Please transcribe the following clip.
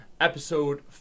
episode